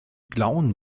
klauen